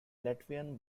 latvian